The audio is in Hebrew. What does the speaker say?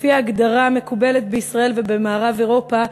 לפי ההגדרה המקובלת בישראל ובמערב-אירופה,